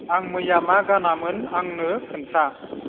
आं मैया मा गानामोन आंनो खिन्था